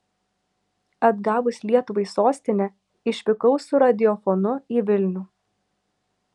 atgavus lietuvai sostinę išvykau su radiofonu į vilnių